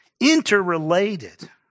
interrelated